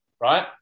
Right